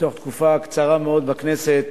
תוך תקופה קצרה מאוד בכנסת,